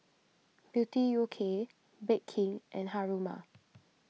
Beauty U K Bake King and Haruma